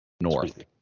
north